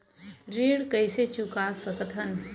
ऋण कइसे चुका सकत हन?